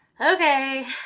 Okay